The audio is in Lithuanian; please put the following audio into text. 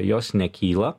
jos nekyla